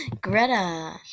Greta